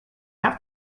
have